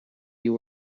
you